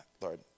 Lord